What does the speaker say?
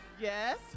Yes